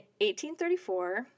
1834